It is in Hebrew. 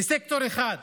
לסקטור אחד.